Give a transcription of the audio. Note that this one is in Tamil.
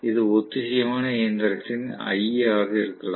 இது ஒத்திசைவான இயந்திரத்தின் I ஆக இருக்கலாம்